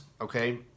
okay